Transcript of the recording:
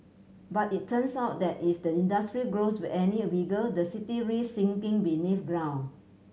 but it turns out that if the industry grows with any bigger the city risk sinking beneath ground